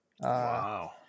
Wow